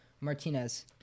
Martinez